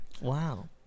Wow